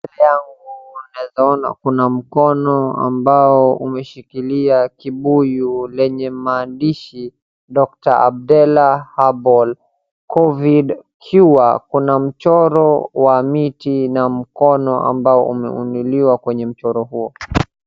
Mbele yangu naweza ona kuna mkono ambao umeshikilia kibuyu lenye maandishi Doctor bella herbal covid cure ,kuna mchoro wa miti na mkono ambao umeinuliwa kwenye mchoro huo.